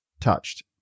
touched